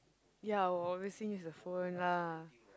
ya I will obviously use the phone lah